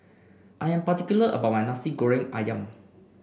I'm particular about my Nasi Goreng ayam